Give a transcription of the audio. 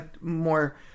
more